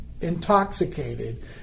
intoxicated